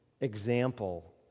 example